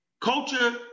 Culture